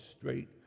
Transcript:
Straight